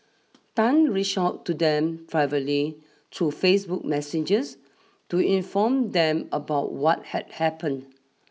Tan reached out to them privately through Facebook Messengers to inform them about what had happened